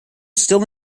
still